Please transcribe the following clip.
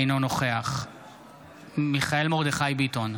אינו נוכח מיכאל מרדכי ביטון,